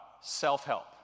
self-help